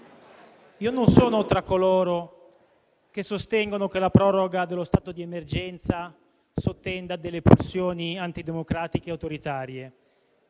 non sono tra coloro che sostengono che la proroga dello stato di emergenza sottenda a delle pressioni antidemocratiche autoritarie,